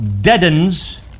deadens